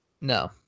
No